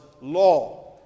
law